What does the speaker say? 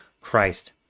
Christ